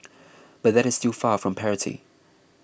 but that is still far from parity